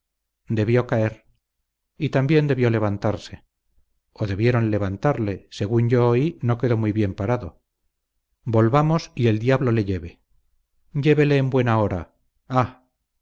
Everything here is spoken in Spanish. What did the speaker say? debió caer y también debió levantarse o debieron levantarle según yo oí no quedó muy bien parado volvamos y el diablo le lleve llévele en buen hora ah